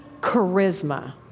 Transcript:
Charisma